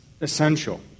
essential